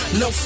no